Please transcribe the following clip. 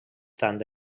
tant